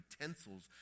utensils